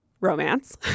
romance